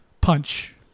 punch